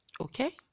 okay